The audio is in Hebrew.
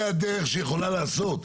זה הדרך שהיא יכולה לעשות.